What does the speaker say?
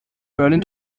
berlin